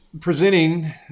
presenting